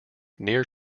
near